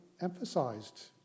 emphasized